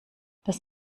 das